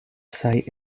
site